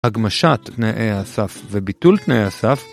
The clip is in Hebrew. הגמשת תנאי הסף וביטול תנאי הסף,